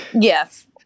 Yes